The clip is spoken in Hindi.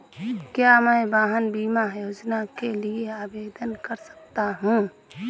क्या मैं वाहन बीमा योजना के लिए आवेदन कर सकता हूँ?